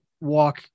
walk